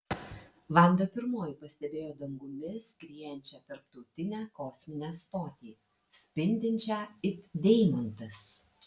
vanda pirmoji pastebėjo dangumi skriejančią tarptautinę kosminę stotį spindinčią it deimantas